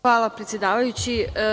Hvala predsedavajući.